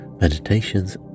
meditations